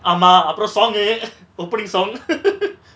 ஆமா அப்ரோ:aama apro song uh opening song